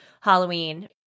Halloween